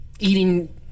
eating